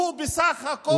שהוא בסך הכול 6,500 דונם.